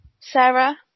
Sarah